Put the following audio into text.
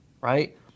right